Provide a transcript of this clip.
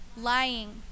lying